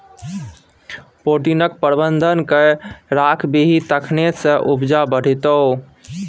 पटौनीक प्रबंधन कए राखबिही तखने ना उपजा बढ़ितौ